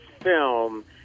film